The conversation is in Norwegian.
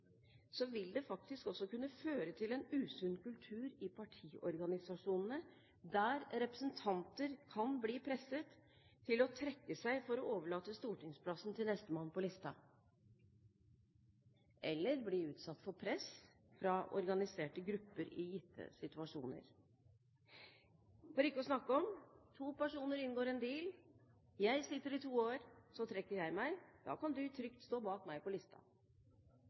vil det faktisk kunne føre til en usunn kultur i partiorganisasjonene, der representanter kan bli presset til å trekke seg for å overlate stortingsplassen til nestemann på listen, eller bli utsatt fra press fra organiserte grupper i gitte situasjoner. For ikke å snakke om: To personer inngår en deal – jeg sitter i to år, så trekker jeg meg, da kan du trygt stå bak meg på